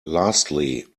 lastly